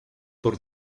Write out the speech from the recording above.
por